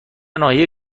ناحیه